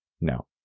No